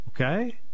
okay